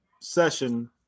session